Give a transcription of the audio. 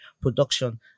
production